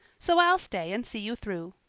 so i'll stay and see you through.